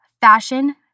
fashion